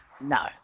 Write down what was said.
No